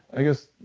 i guess,